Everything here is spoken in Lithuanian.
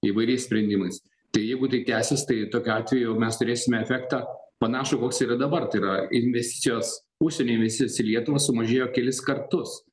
įvairiais sprendimais tai jeigu tai tęsis tai tokiu atveju mes turėsime efektą panašų koks yra dabar tai yra investicijos užsienio investicijos į lietuvą sumažėjo kelis kartus